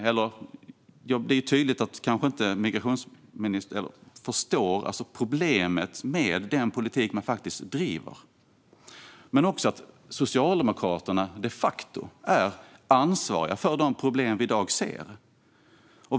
Det är tydligt att migrationsministern inte förstår problemet med den politik man faktiskt driver. Socialdemokraterna är de facto ansvariga för de problem vi i dag ser.